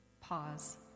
pause